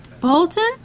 bolton